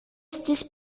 στις